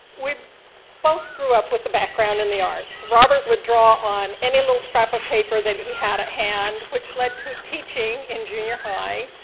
we both grew up with a background in the arts. robert would draw on any little scrap of paper that he had at hand, which led to teaching in junior high,